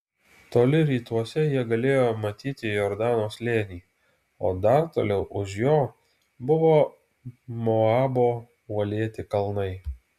toli rytuose jie galėjo matyti jordano slėnį o dar toliau už jo buvo moabo uolėti kalnai